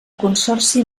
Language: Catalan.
consorci